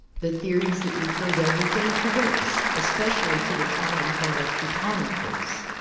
the theories that re ferred everything to race, especially to the triumph of a teutonic race,